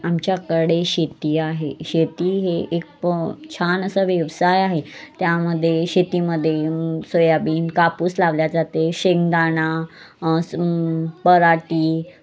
आमच्याकडे शेती आहे शेती हे एक प छान असा व्यवसाय आहे त्यामध्ये शेतीमध्ये मुग सोयाबीन कापूस लावला जातो शेंगदाणा पराटी